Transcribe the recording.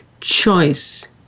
choice